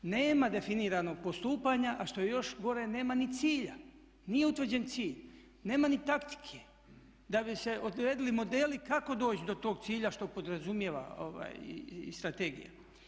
Nema definiranog postupanja a što je još gore nema ni cilja, nije utvrđen cilj, nema ni taktike da bi se odredili modeli kako doći do tog cilja što podrazumijeva i strategija.